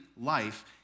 life